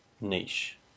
niche